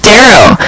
Darrow